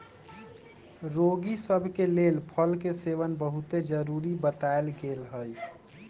रोगि सभ के लेल फल के सेवन बहुते जरुरी बतायल गेल हइ